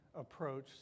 approach